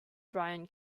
bryan